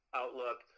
outlook